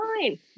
fine